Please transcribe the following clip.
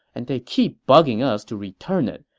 and they keep bugging us to return it.